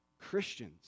Christians